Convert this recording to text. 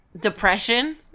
Depression